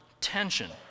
tension